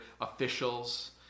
officials